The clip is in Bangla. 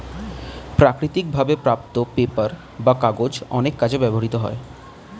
প্রাকৃতিক ভাবে প্রাপ্ত পেপার বা কাগজ অনেক কাজে ব্যবহৃত হয়